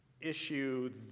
issue